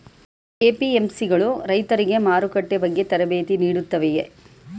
APMC ಗಳು ರೈತರಿಗೆ ಮಾರುಕಟ್ಟೆ ಬಗ್ಗೆ ತರಬೇತಿ ನೀಡುತ್ತವೆಯೇ?